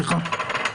סליחה,